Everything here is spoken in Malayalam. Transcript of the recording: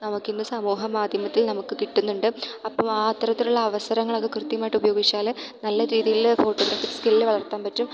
നമുക്ക് ഇന്ന് സമൂഹ മാധ്യമത്തിൽ നമുക്ക് കിട്ടുന്നുണ്ട് അപ്പോൾ ആ അത്തരത്തിലുള്ള അവസരങ്ങളൊക്കെ കൃത്യമായിട്ട് ഉപയോഗിച്ചാൽ നല്ല രീതിയിൽ ഫോട്ടോഗ്രാഫി സ്കില്ല് വളർത്താൻ പറ്റും